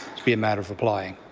be a matter of applying.